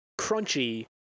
crunchy